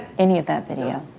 any of that video?